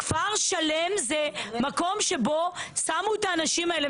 כפר שלם זה מקום שבו שמו את האנשים האלה.